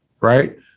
right